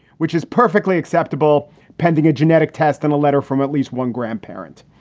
which is perfectly acceptable pending a genetic test and a letter from at least one grandparent.